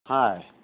Hi